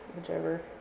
whichever